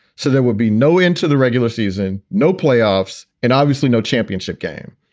so there would be no end to the regular season, no playoffs and obviously no championship game.